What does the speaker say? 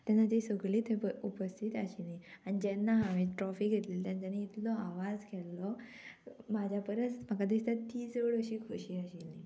तेन्ना ती सगळी थंय उपस्थीत आशिल्ली आनी जेन्ना हांवें ट्रॉफी घेतिल्ली तेन्ना इतलो आवाज केल्लो म्हज्या परस म्हाका दिसता ती चड अशी खुशी आशिल्ली